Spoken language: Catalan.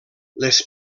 les